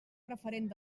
preferent